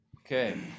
Okay